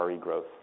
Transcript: growth